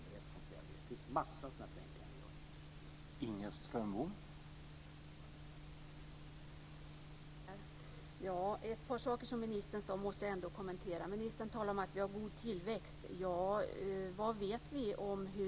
Vi genomför en mängd sådana förenklingar.